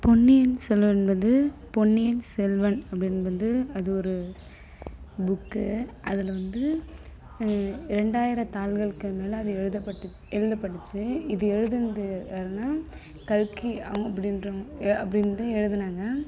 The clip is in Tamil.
பொன்னியின் செல்வன் வந்து பொன்னியின் செல்வன் அப்படின்னு வந்து அது ஒரு புக் அதில் வந்து இரண்டாயிரம் தாள்களுக்கு மேல் அது எழுதப்பட்டு எழுதப்பட்டுச்சு இது எழுதினது யாருனா கல்கி அவங்க அப்படின்றவுங்க அப்டின்னுதான் எழுதினாங்க